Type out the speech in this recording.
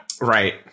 Right